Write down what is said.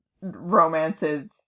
romances